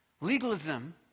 Legalism